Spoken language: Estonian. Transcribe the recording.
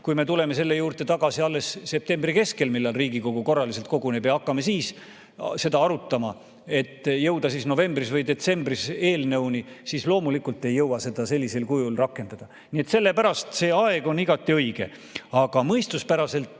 Kui me tuleme selle juurde tagasi alles septembri keskel, kui Riigikogu korraliselt koguneb, ja hakkame siis seda arutama, et jõuda novembris või detsembris eelnõuni, siis loomulikult ei jõua seda sellisel kujul rakendada. Nii et sellepärast see aeg on igati õige. Aga mõistuspäraselt